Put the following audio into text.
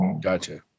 Gotcha